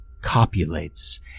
copulates